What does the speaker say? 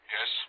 Yes